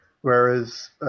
Whereas